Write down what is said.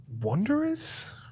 Wanderers